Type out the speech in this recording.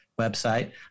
website